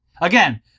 Again